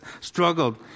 struggled